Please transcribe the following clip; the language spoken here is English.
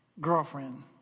girlfriend